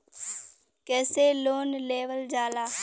कैसे लोन लेवल जाला?